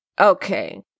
Okay